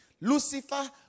Lucifer